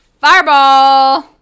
fireball